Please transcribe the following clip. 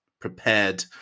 prepared